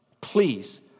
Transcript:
please